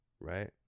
Right